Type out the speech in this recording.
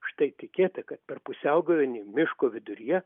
štai tikėta kad per pusiaugavėnį miško viduryje